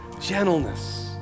gentleness